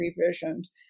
revisions